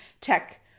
tech